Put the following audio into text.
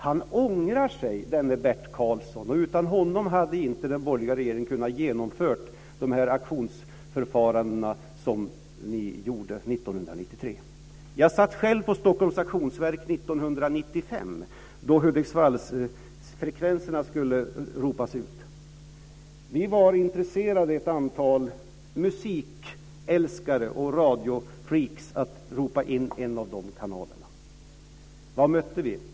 Denne Bert Karlsson ångrar sig, och utan honom hade den borgerliga regeringen inte kunnat genomföra sina auktionsförfaranden 1993. Jag satt själv på Stockholms Auktionsverk 1995 då Hudiksvallsfrekvenserna skulle ropas ut. Jag tillhörde ett antal musikälskare och radio-freaks som var intresserade av att ropa in en av de frekvenserna. Vad mötte vi?